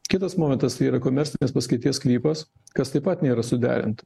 kitas momentas tai yra komercinės paskirties sklypas kas taip pat nėra suderinta